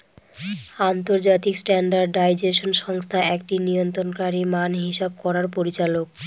আন্তর্জাতিক স্ট্যান্ডার্ডাইজেশন সংস্থা একটি নিয়ন্ত্রণকারী মান হিসাব করার পরিচালক